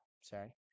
sorry